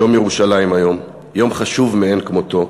יום ירושלים היום, יום חשוב מאין כמותו,